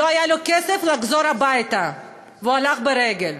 לא היה לו כסף לחזור הביתה והוא הלך ברגל.